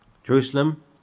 Jerusalem